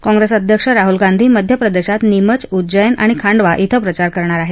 कॉंप्रेसचे अध्यक्ष राहुल गांधी मध्य प्रदेशात नीमच उज्जेन आणि खांडवा इथं प्रचार करणार आहेत